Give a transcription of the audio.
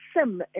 SIM